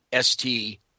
ST